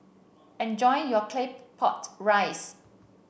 enjoy your Claypot Rice